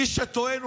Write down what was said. מי שטוען,